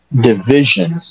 division